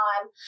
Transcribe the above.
time